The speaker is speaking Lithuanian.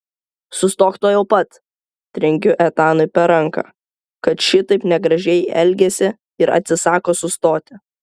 sustok tuojau pat trenkiu etanui per ranką kad šitaip negražiai elgiasi ir atsisako sustoti